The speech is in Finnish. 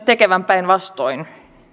tekevän päinvastoin